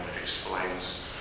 explains